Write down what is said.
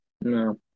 No